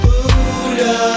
Buddha